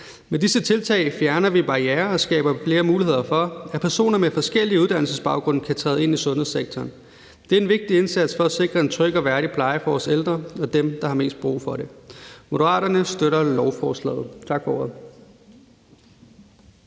Med disse tiltag fjerner vi barrierer og skaber flere muligheder for, at personer med forskellig uddannelsesbaggrund kan træde ind i sundhedssektoren. Det er en vigtig indsats for at sikre en tryg og værdig pleje for vores ældre og for dem, der har mest brug for det. Moderaterne støtter lovforslaget. Tak for